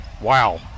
Wow